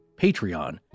Patreon